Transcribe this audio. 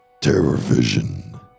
Terrorvision